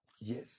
yes